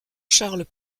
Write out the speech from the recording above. charles